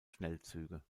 schnellzüge